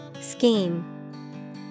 Scheme